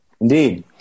Indeed